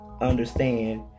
understand